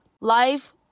Life